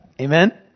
Amen